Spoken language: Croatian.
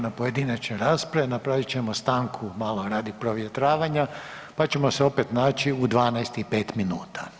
na pojedinačne rasprave, napravit ćemo stanku malo radi provjetravanja, pa ćemo se opet naći u 12.05 minuta.